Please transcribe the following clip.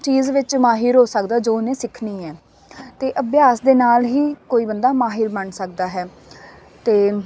ਚੀਜ਼ ਵਿੱਚ ਮਾਹਰ ਹੋ ਸਕਦਾ ਜੋ ਉਹਨੇ ਸਿੱਖਣੀ ਹੈ ਅਤੇ ਅਭਿਆਸ ਦੇ ਨਾਲ ਹੀ ਕੋਈ ਬੰਦਾ ਮਾਹਰ ਬਣ ਸਕਦਾ ਹੈ ਅਤੇ